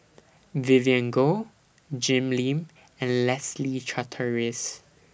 Vivien Goh Jim Lim and Leslie Charteris